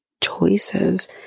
choices